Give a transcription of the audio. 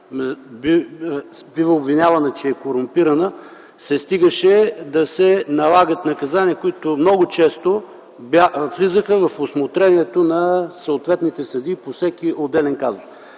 бива обвинявана, че е корумпирана, се стигаше да се налагат наказания, които много често влизаха в усмотрението на съответните съдии по всеки отделен казус.